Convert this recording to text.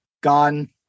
gone